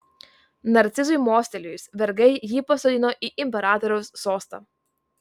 narcizui mostelėjus vergai jį pasodino į imperatoriaus sostą